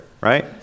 right